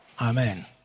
Amen